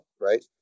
right